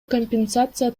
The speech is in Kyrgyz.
компенсация